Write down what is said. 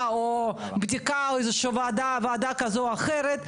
או בדיקה או איזה שהיא ועדה כזו או אחרת,